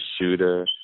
shooter